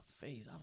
face